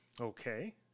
Okay